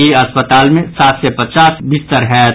ई अस्पताल मे सात सय पचास बिस्तर होयत